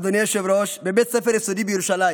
אדוני היושב-ראש, בבית ספר יסודי בירושלים.